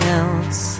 else